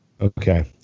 Okay